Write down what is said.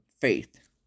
faith